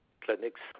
clinics